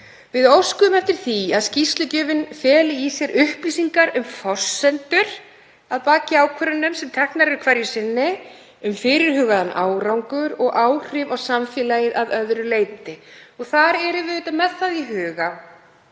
Við óskum eftir því að skýrslugjöfin feli í sér upplýsingar um forsendur að baki ákvörðunum sem teknar eru hverju sinni, um fyrirhugaðan árangur og áhrif á samfélagið að öðru leyti. Þar erum við með það í huga